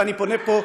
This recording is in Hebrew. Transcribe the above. ואני פונה פה,